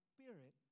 Spirit